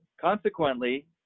consequently